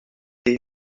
des